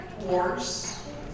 wars